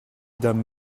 dame